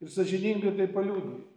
ir sąžiningai tai paliudiju